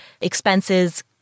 expenses